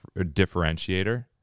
differentiator